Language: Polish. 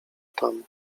tam